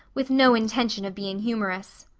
with no intention of being humorous.